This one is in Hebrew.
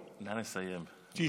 נא לסיים, בבקשה.